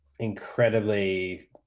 incredibly